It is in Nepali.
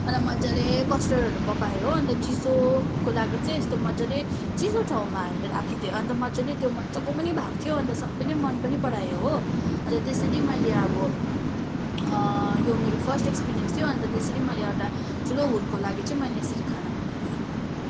अन्त मजाले कस्टर्डहरू पकाएँ हो अन्त चिसोको लागि चाहिँ यस्तो मजाले चिसो ठाउँमा राखिदिएँ अन्त त्यो मजाले त्यो मजाको पनि भएको थियो अन्त सबैले मन पनि परायो हो अनि त्यसरी मैले अब यो मेरो फर्स्ट एक्सपिरियन्स थियो अन्त त्यसरी मैले एउटा ठुलो हुलको लागि चाहिँ मैले यसरी खाना पकाएँ